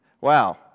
Wow